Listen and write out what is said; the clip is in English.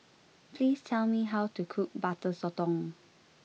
please tell me how to cook Butter Sotong